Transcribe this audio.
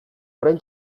orain